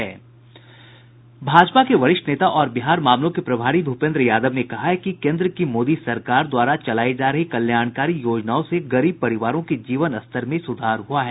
भारतीय जनता पार्टी के वरिष्ठ नेता और बिहार मामलों के प्रभारी भूपेन्द्र यादव ने कहा है कि केन्द्र की मोदी सरकार द्वारा चलायी जा रही कल्याणकारी योजनाओं से गरीब परिवारों के जीवनस्तर में सुधार हुआ है